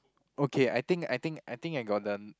okay I think I think I think I got the